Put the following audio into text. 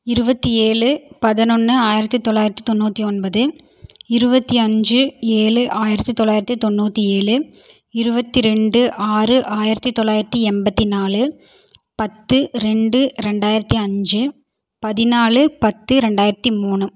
இருபத்தி ஏழு பதினொன்னு ஆயிரத்தி தொள்ளாயிரத்தி தொண்ணூற்றி ஒன்பது இருபத்தி அஞ்சு ஏழு ஆயிரத்தி தொள்ளாயிரத்தி தொண்ணூற்றி ஏழு இருபத்தி ரெண்டு ஆறு ஆயிரத்தி தொள்ளாயிரத்தி எண்பத்தி நாலு பத்து ரெண்டு ரெண்டாயிரத்தி அஞ்சு பதினாலு பத்து ரெண்டாயிரத்தி மூணு